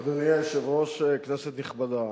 אדוני היושב-ראש, כנסת נכבדה,